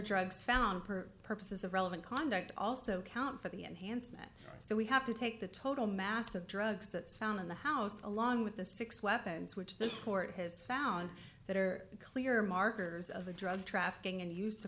drugs found per purposes of relevant conduct also count for the enhancement so we have to take the total mass of drugs that's found in the house along with the six weapons which this court has found that are clear markers of a drug trafficking and used to